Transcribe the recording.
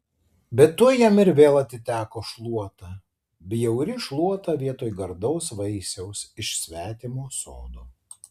bet tuoj jam ir vėl atiteko šluota bjauri šluota vietoj gardaus vaisiaus iš svetimo sodo